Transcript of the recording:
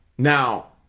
now,